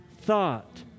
thought